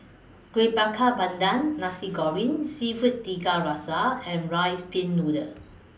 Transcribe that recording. Kueh Bakar Pandan Nasi Goreng Seafood Tiga Rasa and Rice Pin Noodles